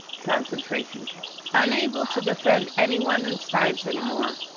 concentration camps. unable to defend anyone in science anymore,